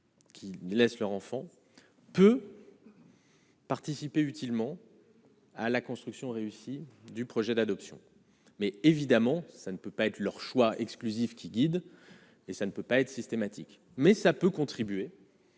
Qui laissent leur enfant peut. Participer utilement. à la construction réussie du projet d'adoption, mais évidemment, ça ne peut pas être leur choix exclusif qui guide et ça ne peut pas être systématique, mais ça peut contribuer.